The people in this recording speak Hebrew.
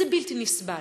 זה בלתי נסבל.